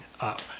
up